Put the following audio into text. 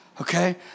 okay